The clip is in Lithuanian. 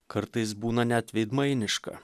kartais būna net veidmainiška